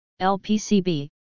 LPCB